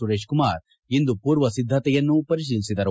ಸುರೇಶ್ ಕುಮಾರ್ ಇಂದು ಪೂರ್ವ ಿದ್ಧತೆಯನ್ನು ಪರಿಶೀಲಿಸಿದರು